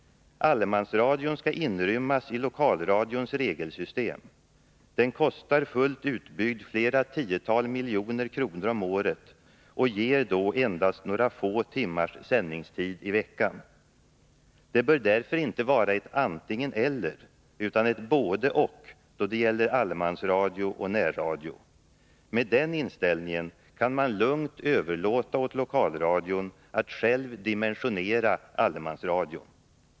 Allemansradion skall inrymmas i lokalradions regelsystem. Den kostar fullt utbyggd flera tiotal miljoner kronor om året och ger då endast några få timmars sändningstid i veckan. Det bör därför inte vara ett antingen-eller utan ett både—och då det gäller allemansradio och närradio. Med den inställningen kan man lugnt överlåta åt lokalradion att själv dimensionera allemansradion.